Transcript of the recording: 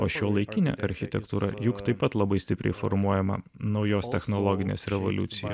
o šiuolaikinė architektūra juk taip pat labai stipriai formuojama naujos technologinės revoliucijos